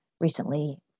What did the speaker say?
recently